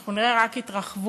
אנחנו נראה רק התרחבות